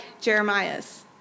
Jeremiah's